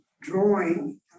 drawing